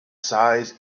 size